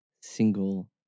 single